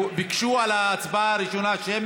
על הראשונה ביקשו הצבעה שמית,